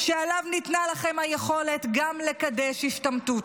שעליו ניתנה לכם היכולת גם לקדש השתמטות,